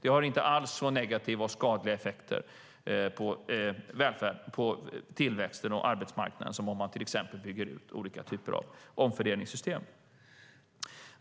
Det har inte alls så negativa och skadliga effekter på tillväxten och arbetsmarknaden som om man till exempel bygger ut olika typer av omfördelningssystem.